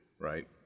Right